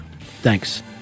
Thanks